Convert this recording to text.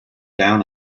down